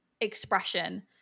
expression